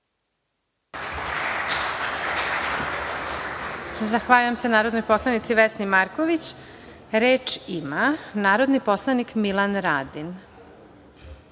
Zahvaljujem se narodnoj poslanici Vesni Marković. Reč ima narodni poslanik Milan Radin,